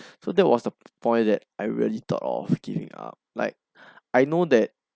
so that was the point that I really thought of giving up like I know that